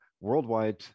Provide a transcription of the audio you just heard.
worldwide